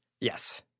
Yes